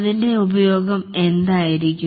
അതിൻറെ ഉപയോഗം എന്തായിരിക്കും